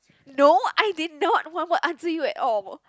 no I did not what what answer you at all